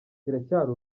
kiracyari